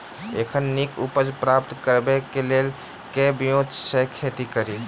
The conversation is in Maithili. एखन नीक उपज प्राप्त करबाक लेल केँ ब्योंत सऽ खेती कड़ी?